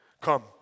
Come